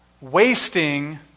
wasting